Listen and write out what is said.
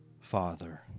Father